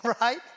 right